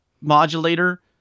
modulator